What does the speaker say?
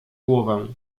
głowę